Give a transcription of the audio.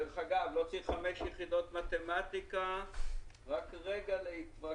דרך אגב, לא צריך חמש יחידות מתמטיקה רק להתרכז